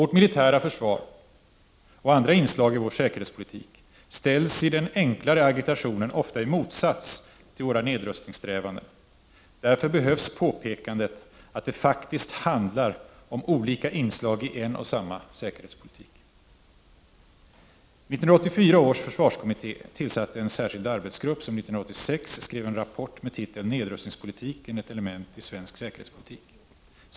Vårt militära försvar och andra inslag i vår säkerhetspolitik ställs i den enklare agitationen ofta i motsats till våra nedrustningssträvanden. Därför behövs påpekandet att det faktiskt handlar om olika inslag i en och samma säkerhetspolitik. 1984 års försvarskommitté tillsatte en särskild arbetsgrupp, som 1986 skrev en rapport med titeln ”Nedrustningspolitiken — ett element i svensk säkerhetspolitik”.